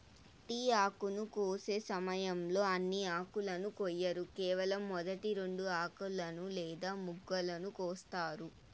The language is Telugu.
టీ ఆకును కోసే సమయంలో అన్ని ఆకులను కొయ్యరు కేవలం మొదటి రెండు ఆకులను లేదా మొగ్గలను కోస్తారు